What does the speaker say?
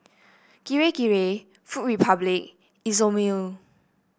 Kirei Kirei Food Republic Isomil